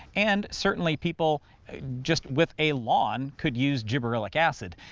and certainly people just with a lawn could use gibberellic acid.